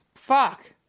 fuck